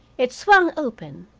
it swung open.